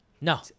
no